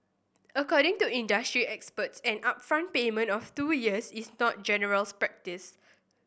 according to industry experts an upfront payment of two years is not general practice